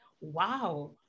Wow